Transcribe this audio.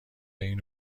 این